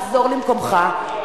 לחזור למקומך,